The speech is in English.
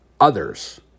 others